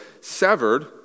severed